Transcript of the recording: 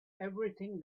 everything